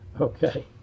Okay